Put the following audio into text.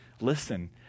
listen